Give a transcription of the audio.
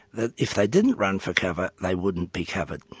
that if they didn't run for cover, they wouldn't be covered.